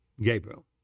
Gabriel